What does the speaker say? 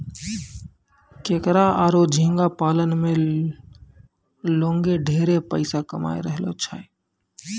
केकड़ा आरो झींगा पालन में लोगें ढेरे पइसा कमाय रहलो छै